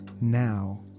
now